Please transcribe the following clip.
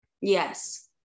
Yes